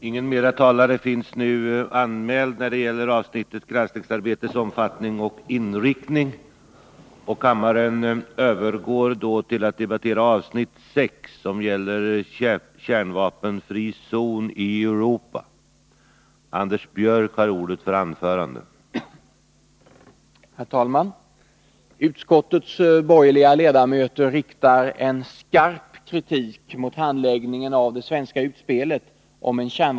Sedan de under avsnittet Granskningsarbetets omfattning och inriktning, m.m., avsnitten 1-5 samt avsnitt 7, anmälda talarna nu haft ordet övergår kammaren till att debattera avsnitt 6: Kärnvapenfri zon i Europa.